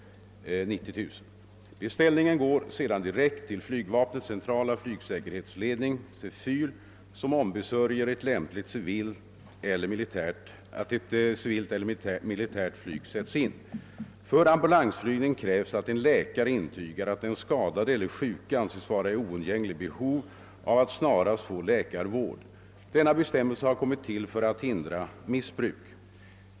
Beställningen går sedan direkt till flygvapnets centrala flygsäkerhetsledning — Cefyl — som ombesörjer att lämpligt civilt eller militärt flyg sätts in. För ambulansflygning krävs att en läkare intygar, att den skadade eller sjuke anses vara i oundgängligt behov av att snarast få läkarvård. Denna bestämmelse har kommit till för att hindra missbruk.